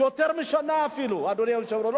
אדוני היושב-ראש,